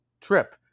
trip